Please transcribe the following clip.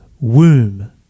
womb